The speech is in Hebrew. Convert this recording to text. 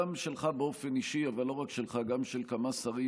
גם שלך באופן אישי, אבל לא רק שלך, גם של כמה שרים